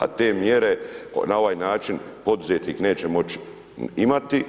A te mjere na ovaj način poduzetnik neće moći imati.